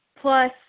plus